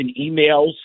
emails